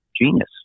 genius